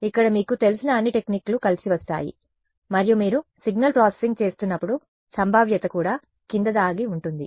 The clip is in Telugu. ఇక్కడ మీకు తెలిసిన అన్ని టెక్నిక్లు కలిసి వస్తాయి మరియు మీరు సిగ్నల్ ప్రాసెసింగ్ చేస్తున్నప్పుడు సంభావ్యత కూడా కింద దాగి ఉంటుంది